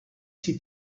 see